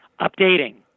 updating